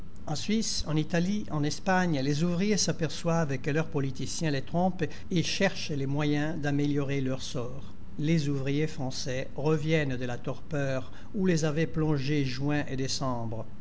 en suisse en italie en espagne les ouvriers s'aperçoivent que leurs politiciens les trompent et cherchent les moyens d'améliorer leur sort les ouvriers français reviennent de la torpeur où les avaient plongés juin et décembre